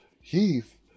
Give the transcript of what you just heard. Heath